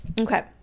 Okay